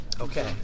Okay